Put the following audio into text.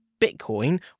Bitcoin